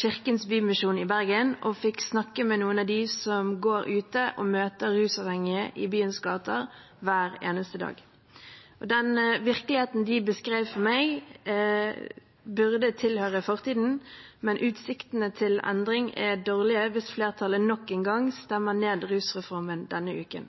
Kirkens Bymisjon i Bergen og fikk snakke med noen av dem som går ute og møter rusavhengige i byens gater hver eneste dag. Den virkeligheten de beskrev for meg, burde tilhøre fortiden. Men utsiktene til endring er dårlige hvis flertallet nok en gang stemmer ned rusreformen denne uken.